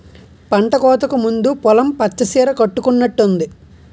పంటకోతకు ముందు పొలం పచ్చ సీర కట్టుకునట్టుంది